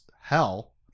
hell